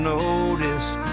noticed